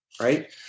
right